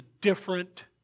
different